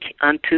unto